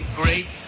great